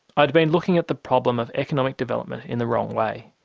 i'd been looking at the problem of economic development in the wrong way.